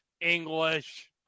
English